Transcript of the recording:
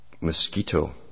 mosquito